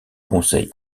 conseil